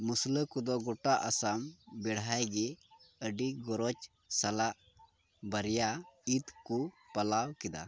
ᱢᱩᱥᱞᱟᱹ ᱜᱚᱫ ᱜᱳᱴᱟ ᱟᱥᱟᱢ ᱵᱮᱲᱦᱟᱭ ᱜᱮ ᱟᱹᱰᱤ ᱜᱚᱨᱚᱡᱽ ᱥᱟᱞᱟᱜ ᱵᱟᱨᱭᱟ ᱤᱫ ᱠᱚ ᱯᱟᱞᱟᱣ ᱠᱮᱫᱟ